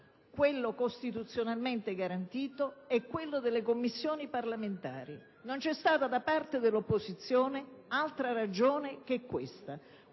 quello costituzionalmente garantito, e quello delle Commissioni parlamentari. Non c'è stata da parte dell'opposizione altra ragione che questa.